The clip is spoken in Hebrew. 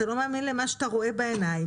אתה לא מאמין למה שאתה רואה בעיניים,